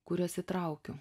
kuriuos įtraukiu